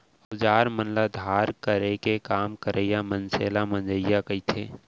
अउजार मन ल धार करे के काम करइया मनसे ल मंजइया कथें